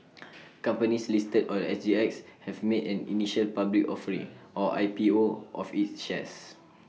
companies listed or G X have made an initial public offering or I P O of its shares